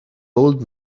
old